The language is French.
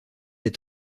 est